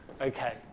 Okay